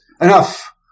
enough